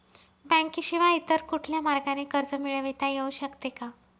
बँकेशिवाय इतर कुठल्या मार्गाने कर्ज मिळविता येऊ शकते का?